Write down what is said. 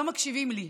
לא מקשיבים לי.